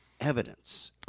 evidence